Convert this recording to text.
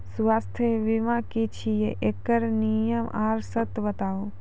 स्वास्थ्य बीमा की छियै? एकरऽ नियम आर सर्त बताऊ?